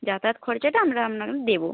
যাতায়াত খরচাটা আমরা আপনাকে দেবো